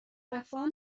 وفا